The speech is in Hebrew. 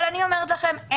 אבל אני אומרת לכם,